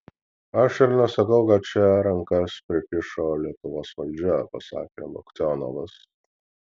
aš ir nesakau kad čia rankas prikišo lietuvos valdžia pasakė loktionovas